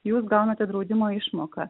jūs gaunate draudimo išmoką